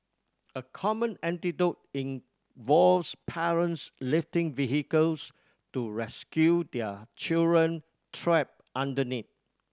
a common anecdote involves parents lifting vehicles to rescue their children trapped underneath